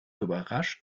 überrascht